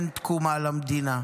אין תקומה למדינה.